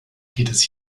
jedes